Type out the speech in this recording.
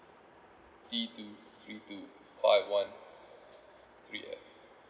T two three two five one three F